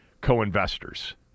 co-investors